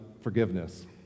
forgiveness